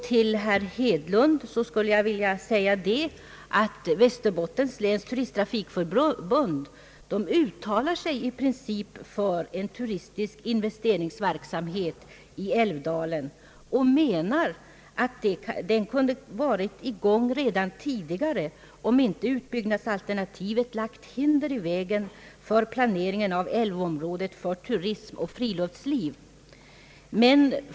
Till herr Hedlund skulle jag vilja säga att Västerbottens läns turisttrafikförbund i princip uttalat sig för en turistisk investeringsverksamhet i älvdalen. Förbundet anser att denna verksamhet kunnat vara i gång redan tidigare, om inte utbyggnadsalternativet lagt hinder i vägen för planeringen av älvområdet för turism och friluftsliv.